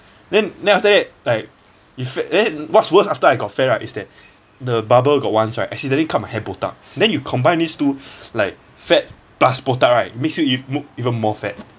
then then after that like if fat then what's worse after I got fat right is that the barber got once right accidentally cut my hair botak then you combine these two like fat plus botak right it makes you look even more fat